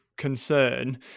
concern